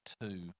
two